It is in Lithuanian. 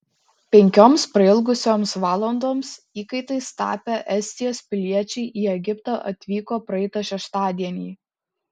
penkioms prailgusioms valandoms įkaitais tapę estijos piliečiai į egiptą atvyko praeitą šeštadienį